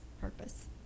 purpose